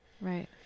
Right